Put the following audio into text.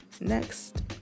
Next